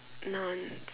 nouns